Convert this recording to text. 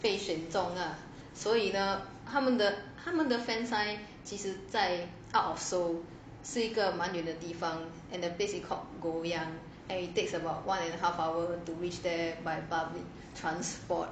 被选中啦所以呢他们的他们的 fansign 其实在 out of seoul 在个蛮远的地方 and the place 叫 and it takes about one and a half hour to reach there by public transport